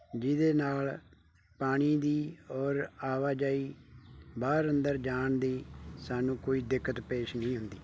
ਜਿਹਦੇ ਨਾਲ ਪਾਣੀ ਦੀ ਔਰ ਆਵਾਜਾਈ ਬਾਹਰ ਅੰਦਰ ਜਾਣ ਦੀ ਸਾਨੂੰ ਕੋਈ ਦਿੱਕਤ ਪੇਸ਼ ਨਹੀਂ ਹੁੰਦੀ